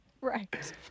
Right